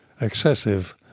excessive